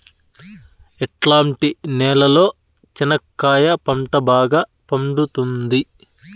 ఎట్లాంటి నేలలో చెనక్కాయ పంట బాగా పండుతుంది?